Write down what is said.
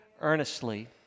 earnestly